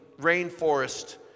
rainforest